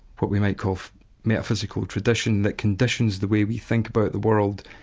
what we might call metaphysical tradition, that conditions the way we think about the world,